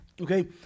Okay